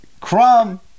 Crumb